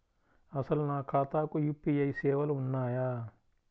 అసలు నా ఖాతాకు యూ.పీ.ఐ సేవలు ఉన్నాయా?